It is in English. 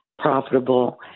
profitable